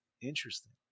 Interesting